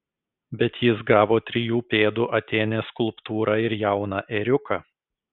bet jis gavo trijų pėdų atėnės skulptūrą ir jauną ėriuką